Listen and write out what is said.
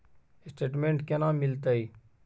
Statement केना मिलते?